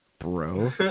bro